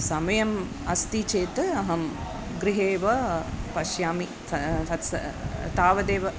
समयम् अस्ति चेत् अहं गृहेव पश्यामि त तत्स तावदेव